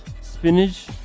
Spinach